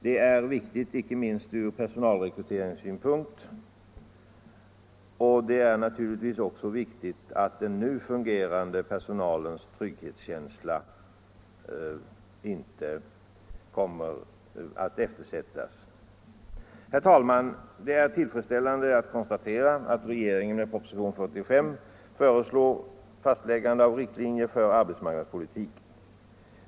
Det är angeläget inte minst ur personalrekryteringssynjäsa ar punkt, och det är naturligtvis också viktigt att den nu fungerande per Arbetsmarknadsutsonalens trygghetskänsla inte eftersätts. bildningen Herr talman! Det är tillfredsställande att konstatera att regeringen med propositionen 45 föreslår fastläggande av riktlinjer för arbetsmarknadspolitiken.